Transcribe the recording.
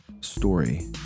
story